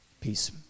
Peace